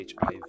HIV